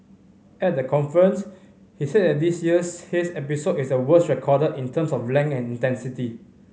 at the conference he said that this year's haze episode is the worst recorded in terms of length and intensity